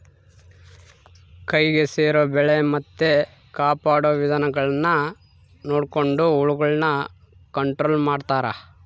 ಕೈಗೆ ಸೇರೊ ಬೆಳೆ ಮತ್ತೆ ಕಾಪಾಡೊ ವಿಧಾನಗುಳ್ನ ನೊಡಕೊಂಡು ಹುಳಗುಳ್ನ ಕಂಟ್ರೊಲು ಮಾಡ್ತಾರಾ